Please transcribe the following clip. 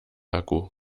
akku